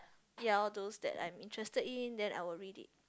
ya all those that I'm interested in then I will read it